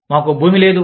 మాకు భూమి లేదు